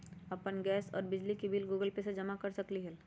अपन गैस और बिजली के बिल गूगल पे से जमा कर सकलीहल?